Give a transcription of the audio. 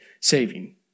saving